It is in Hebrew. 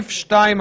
סעיף 2,